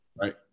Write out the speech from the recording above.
Right